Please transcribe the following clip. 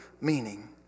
meaning